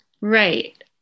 right